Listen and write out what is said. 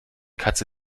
katze